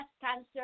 cancer